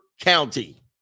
county